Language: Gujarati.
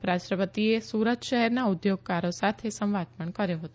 ઉપરાષ્ટ્રપતિએ સુરત શહેરના ઉદ્યોગકારો સાથે સંવાદ પણ કર્યો હતો